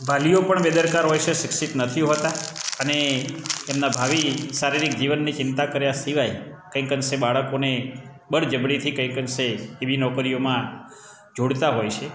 વાલીઓ પણ બેદરકાર હોય છે શિક્ષિત નથી હોતા અને એમના ભાવિ શારીરિક જીવનની ચિંતા કર્યા સિવાય કંઈક અંશે બાળકોને બળજબરીથી કંઈક અંશે એવી નોકરીઓમાં જોડતા હોય છે